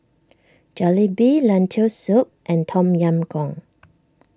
Jalebi Lentil Soup and Tom Yam Goong